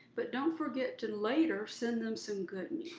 but don't forget to later, send them some good